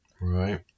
Right